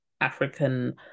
African